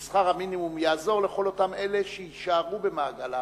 שהעלאת שכר המינימום תעזור לכל אותם אלה שיישארו במעגל העבודה,